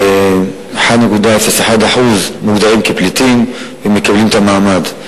1.01% מוגדרים פליטים ומקבלים את המעמד.